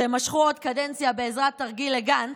משכו עוד קדנציה בעזרת תרגיל לגנץ.